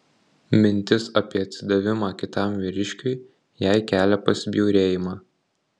mintis apie atsidavimą kitam vyriškiui jai kelia pasibjaurėjimą